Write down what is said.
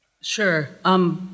Sure